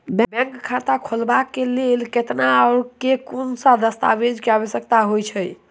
Bank खाता खोलबाबै केँ लेल केतना आ केँ कुन सा दस्तावेज केँ आवश्यकता होइ है?